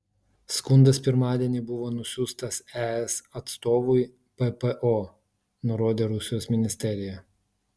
skundas pirmadienį buvo nusiųstas es atstovui ppo nurodė rusijos ministerija